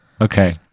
Okay